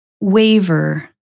waver